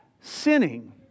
sinning